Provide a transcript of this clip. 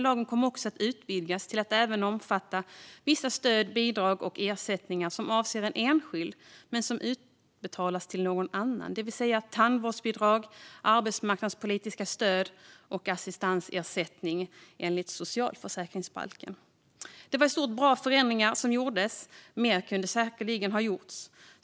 Lagen kom också att utvidgas till att även omfatta vissa stöd, bidrag och ersättningar som avser en enskild men som utbetalas till någon annan, det vill säga tandvårdsbidrag, arbetsmarknadspolitiska stöd och assistansersättning enligt socialförsäkringsbalken. Det var i stort bra förändringar som gjordes, men mer kunde säkerligen ha gjorts.